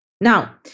Now